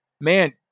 Man